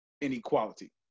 inequality